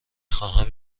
خواهم